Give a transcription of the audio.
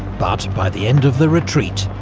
but by the end of the retreat,